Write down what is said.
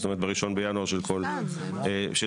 זאת אומרת ב-1 בינואר של שנת הבחירות,